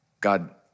God